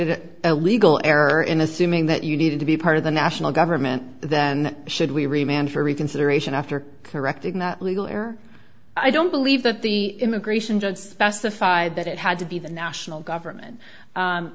a legal error in assuming that you needed to be part of the national government then should we remained for reconsideration after correcting that legal error i don't believe that the immigration judge specified that it had to be the national government